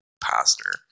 pastor